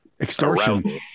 extortion